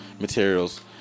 materials